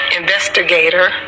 investigator